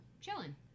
chilling